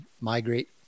migrate